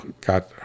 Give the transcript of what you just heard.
got